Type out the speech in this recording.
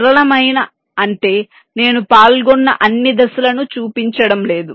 సరళమైన అంటే నేను పాల్గొన్న అన్ని దశలను చూపించడం లేదు